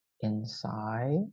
inside